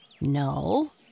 No